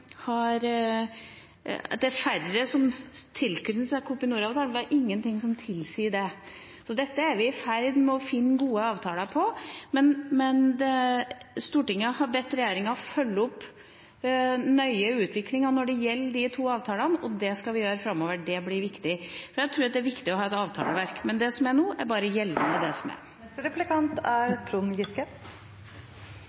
sagt at det er færre som knytter seg til Kopinor-avtalen. Det er ingenting som tilsier det. Dette er vi i ferd med å finne gode avtaler for. Men Stortinget har bedt regjeringa følge nøye opp utviklingen når det gjelder de to avtalene, og det skal vi gjøre framover. Det blir viktig, for jeg tror det er viktig å ha et avtaleverk. Men det som er nå, er bare gjeldende for det som er. Det er